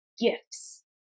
gifts